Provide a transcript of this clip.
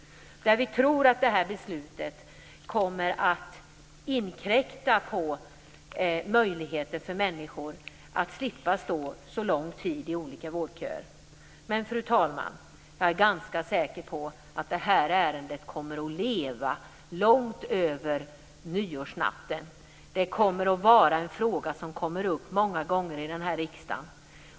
Vi tror att det här beslutet kommer att inkräkta på människors möjlighet att slippa stå så lång tid i olika vårdköer. Jag är dock ganska säker, fru talman, på att det här ärendet kommer att leva långt över nyårsnatten. Det kommer att vara en fråga som kommer upp många gånger i den här riksdagen.